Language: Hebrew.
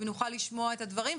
נוכל לשמוע את הדברים,